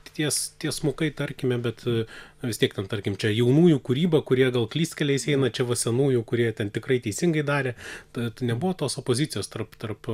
ties tiesmukai tarkime bet vis tiek tarkim čia jaunųjų kūryba kurie dėl klystkeliais eina čia va senųjų kurie ten tikrai teisingai darė tad nebuvo tos opozicijos tarp tarp